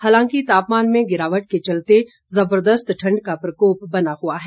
हालांकि तापमान में गिरावट के चलते जबरदस्त ठंड का प्रकोप बना हुआ है